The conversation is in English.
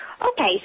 Okay